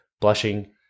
Blushing